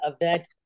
event